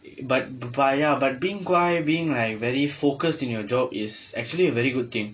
but but ya but being guai being like very focused in your job is actually a very good thing